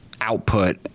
output